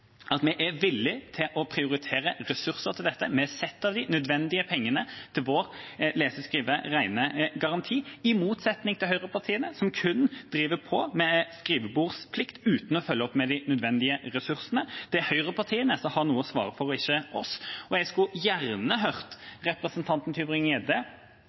at vi er villig til å prioritere ressurser til dette. Vi setter av de nødvendige pengene til vår lese-, skrive- og regnegaranti, i motsetning til høyrepartiene, som kun driver på med skrivebordsplikt, uten å følge opp med de nødvendige ressursene. Det er høyrepartiene som har noe å svare for, og ikke vi. Jeg skulle gjerne